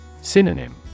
Synonym